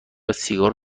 سیگارو